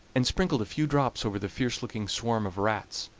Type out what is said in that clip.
and sprinkled a few drops over the fierce-looking swarm of rats.